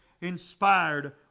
inspired